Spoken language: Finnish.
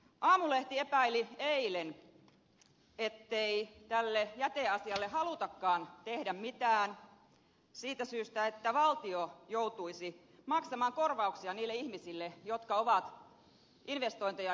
aamulehti epäili eilen ettei tälle jäteasialle halutakaan tehdä mitään siitä syystä että valtio joutuisi maksamaan korvauksia niille ihmisille jotka ovat jo investointeja tehneet